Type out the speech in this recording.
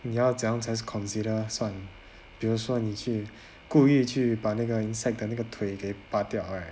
你要这么样才 consider 算比如说你去故意去把那个 insect 的那个腿给拔掉 right